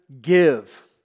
give